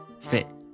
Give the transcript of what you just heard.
fit